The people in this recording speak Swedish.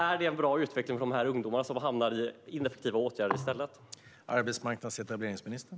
Är det är en bra utveckling för de ungdomar som i stället hamnar i ineffektiva åtgärder?